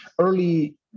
early